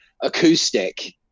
acoustic